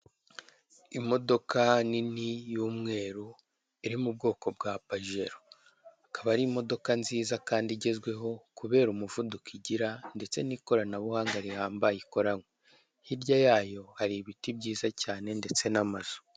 Imodoka nini y'umweru iri mu bwoko bwa pajere, ikaba ari imodoka nziza kandi igezweho kubere umuvuduko igira ndetse n'ikoranabuhanga rihambaye ikoranwe, hirya yayo hari ibiti byiza cyane ndetse n'amazu.